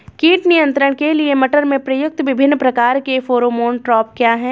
कीट नियंत्रण के लिए मटर में प्रयुक्त विभिन्न प्रकार के फेरोमोन ट्रैप क्या है?